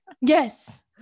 Yes